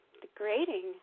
degrading